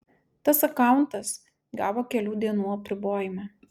tas akauntas gavo kelių dienų apribojimą